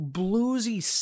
bluesy